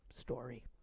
story